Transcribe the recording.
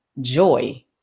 joy